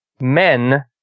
men